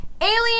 alien